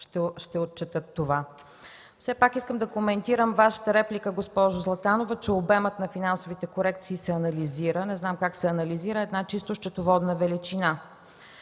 ще отчетат това. Все пак искам да коментирам репликата Ви, госпожо Златанова, че обемът на финансовите корекции се анализира. Не знам как се анализира една чисто счетоводна величина.